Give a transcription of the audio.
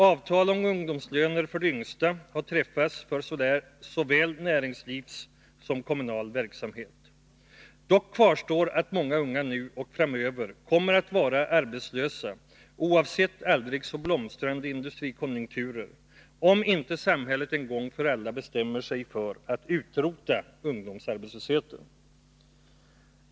Avtal om ungdomslöner för de yngsta har träffats för såväl näringslivets som kommunernas verksamhet. Dock kvarstår att många unga nu och framöver kommer att vara arbetslösa, oavsett aldrig så blomstrande industrikonjunkturer, om inte samhället en gång för alla bestämmer sig för att utrota ungdomsarbetslösheten.